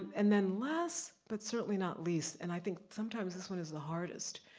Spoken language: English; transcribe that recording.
and then last, but certainly not least, and i think sometimes this one is the hardest,